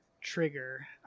trigger